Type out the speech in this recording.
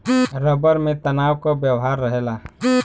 rubber में तनाव क व्यवहार रहेला